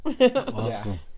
Awesome